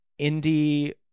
indie